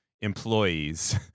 employees